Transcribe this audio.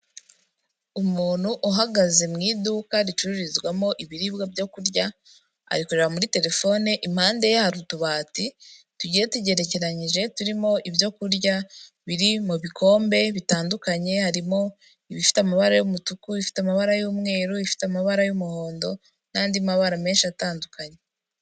umuntu uhagaze mu iduka ricururizwamo ibiribwa byo kurya, ari kureba muri telefone, impande ye hari utubati tugiye tugerekeranyije turimo ibyo kurya biri mu bikombe bitandukanye, harimo ibifite amabara y'umutuku, ibifite amabara y'umweru, ibifite amabara y'umuhondo n'andi mabara menshi atandukanye.